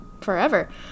forever